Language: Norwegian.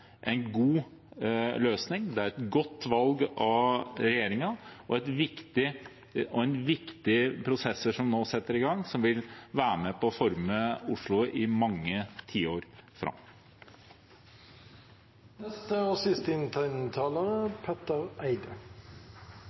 en god løsning, og det er et godt valg av regjeringen. Det er viktige prosesser som nå settes i gang, som vil være med på å forme Oslo i mange tiår framover. Mye klokt er